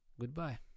Goodbye